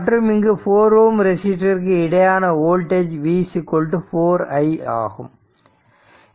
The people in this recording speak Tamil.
மற்றும் இங்கு 4 Ω ரெசிஸ்டர்ருக்கு இடையேயான வோல்டேஜ் V 4 i ஆகும்